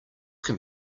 can